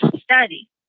study